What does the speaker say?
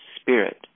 spirit